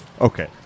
Okay